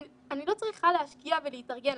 אני לא צריכה להשקיע בלהתארגן,